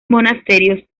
monasterios